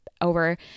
over